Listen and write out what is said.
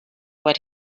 what